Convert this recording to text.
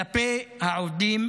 כלפי העובדים